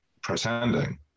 pretending